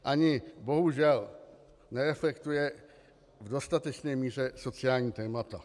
Ani bohužel nereflektuje v dostatečné míře sociální témata.